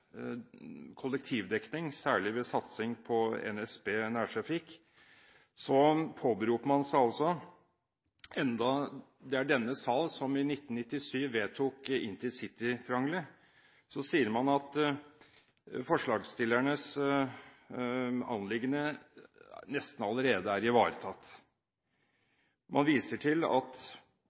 kollektivdekning, særlig ved satsing på NSB Nærtrafikk, sier man, enda det var denne sal som i 1997 vedtok intercitytriangelet, at forslagsstillernes anliggende nesten er ivaretatt allerede. Man viser til at